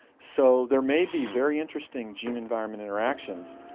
so there maybe very interesting gene environment interactions.